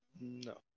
No